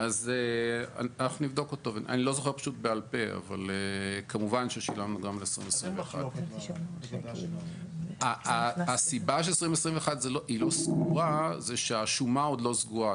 אני לא זוכר בעל פה אבל כמובן ששילמנו גם על 2021. הסיבה ש-2021 היא לא סגורה זה שהשומה עוד לא סגורה.